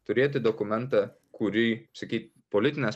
turėti dokumentą kurį sakyt politinės